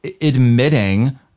admitting